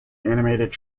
animated